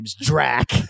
Drac